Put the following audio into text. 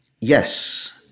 Yes